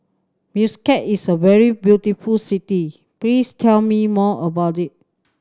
Muscat is a very beautiful city please tell me more about it